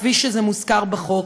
כפי שמוזכר בחוק,